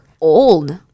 old